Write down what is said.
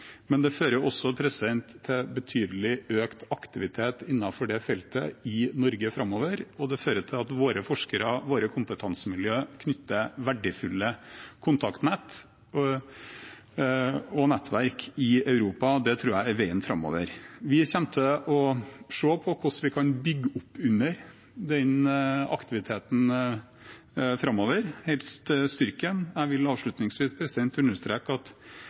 men det fører også til betydelig økt aktivitet innenfor det feltet i Norge framover, og det fører til at våre forskere og våre kompetansemiljøer knytter verdifulle kontaktnett og får nettverk i Europa. Det tror jeg er veien framover. Vi kommer til å se på hvordan vi kan bygge oppunder den aktiviteten framover, og helst styrke den. Jeg vil avslutningsvis understreke at